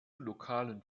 lokalen